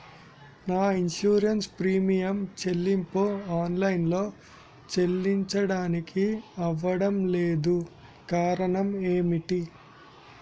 నా insurance premium చెల్లింపు online లో చెల్లించడానికి అవ్వడం లేదు కారణం ఏమిటి?